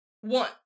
One